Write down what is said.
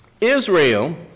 Israel